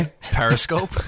Periscope